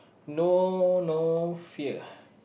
no no fear